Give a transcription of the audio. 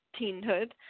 teenhood